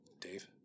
dave